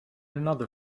another